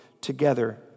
together